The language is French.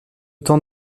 temps